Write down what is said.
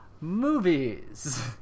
Movies